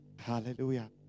Hallelujah